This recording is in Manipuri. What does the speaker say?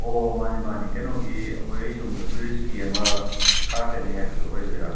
ꯑꯣ ꯃꯥꯅꯦ ꯃꯥꯅꯦ ꯀꯩꯅꯣꯒꯤ ꯑꯩꯈꯣꯏ ꯁꯨꯝꯅ ꯇꯧꯔꯤꯁꯀꯤ ꯑꯃ ꯂꯥꯛꯀꯅꯤ ꯍꯥꯏꯕꯗꯣ ꯑꯣꯏꯗꯣꯏꯔꯥ